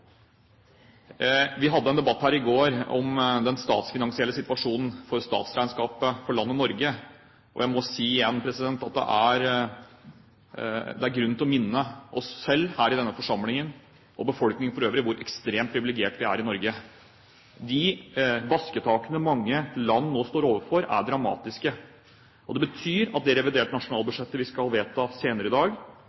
Vi hadde en debatt her i går om den statsfinansielle situasjonen for statsregnskapet for landet Norge. Jeg må igjen si at det er grunn til å minne oss selv, her i denne forsamlingen, og befolkningen for øvrig om hvor ekstremt privilegerte vi er i Norge. De basketakene mange land nå står overfor, er dramatiske. Det betyr at det reviderte